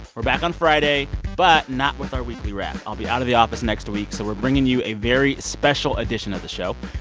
we're back on friday but not with our weekly wrap. i'll be out of the office next week, so we're bringing you a very special edition of the show.